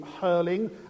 hurling